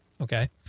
Okay